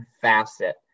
facet